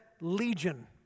Legion